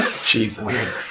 Jesus